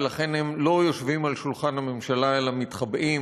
ולכן הם לא יושבים ליד שולחן הממשלה אלא מתחבאים,